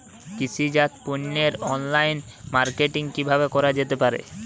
কৃষিজাত পণ্যের online marketing কিভাবে করা যেতে পারে?